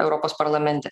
europos parlamente